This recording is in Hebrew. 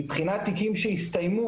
מבחינת תיקים שהסתיימו,